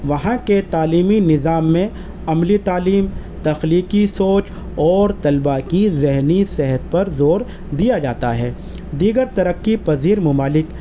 وہاں کے تعلیمی نظام میں عملی تعلیم تخلیقی سوچ اور طلبہ کی ذہنی صحت پر زور دیا جاتا ہے دیگر ترقی پذیر ممالک